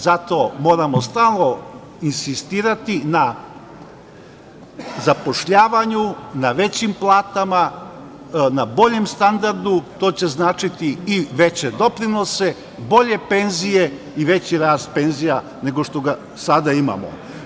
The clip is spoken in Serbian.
Zato moramo stalno insistirati na zapošljavanju, na većim platama, na boljem standardu, a to će značiti i veće doprinose, bolje penzije i veći rast penzija nego što ga sada imamo.